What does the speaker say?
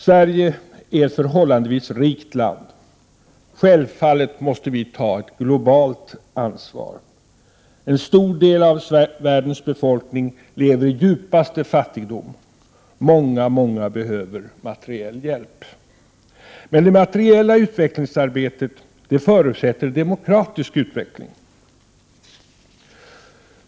Sverige är ett förhållandevis rikt land. Självfallet måste vi ta ett globalt ansvar. En stor del av världens befolkning lever i djupaste fattigdom. Många, många behöver materiell hjälp. Men det materiella utvecklingsarbetet förutsätter demokratisk utveckling.